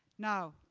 now,